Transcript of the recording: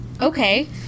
Okay